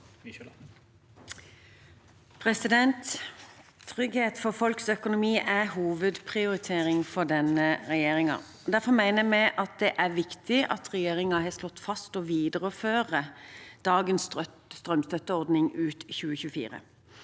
Trygghet for folks økonomi er en hovedprioritering for denne regjeringen. Derfor mener vi det er viktig at regjeringen har slått fast at den vil videreføre dagens strømstøtteordning ut 2024.